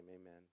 amen